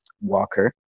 Walker